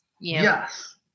Yes